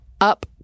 up